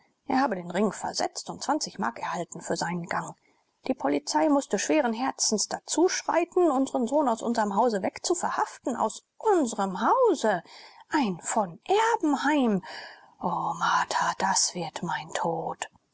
er habe den ring versetzt und mark erhalten für seinen gang die polizei mußte schweren herzens dazu schreiten unsren sohn aus unsrem hause weg zu verhaften aus unsrem hause ein von erbenheim o martha das wird mein tod